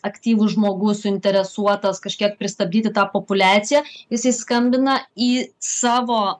aktyvus žmogus suinteresuotas kažkiek pristabdyti tą populiaciją jisai skambina į savo